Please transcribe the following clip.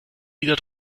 wieder